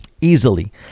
easily